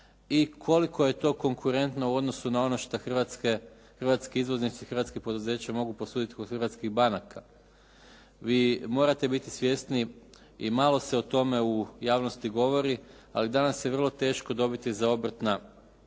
i koliko je to konkurentno u odnosu na ono što hrvatski izvoznici hrvatskih poduzeća mogu posuditi kod hrvatskih banaka. Vi morate biti svjesni i malo se o tome u javnosti govori ali danas je vrlo teško dobiti za obrtni kapital